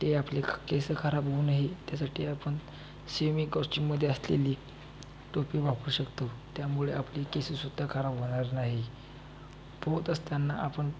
ते आपले ख केस खराब होऊ नये त्यासाठी आपण सेमीकॉस्च्युममध्ये असलेली टोपी वापरू शकतो त्यामुळे आपले केससुद्धा खराब होणार नाही पोहत असताना आपण